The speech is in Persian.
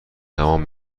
تمام